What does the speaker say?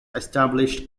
established